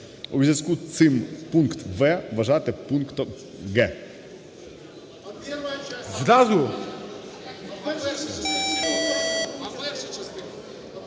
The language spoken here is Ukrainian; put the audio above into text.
У зв'язку з цим пункт "в" вважати пунктом